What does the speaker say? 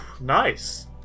nice